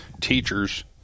teachers